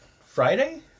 Friday